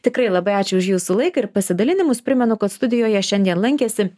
tikrai labai ačiū už jūsų laiką ir pasidalinimus primenu kad studijoje šiandien lankėsi